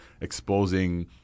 exposing